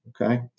Okay